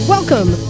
Welcome